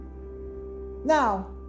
Now